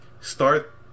start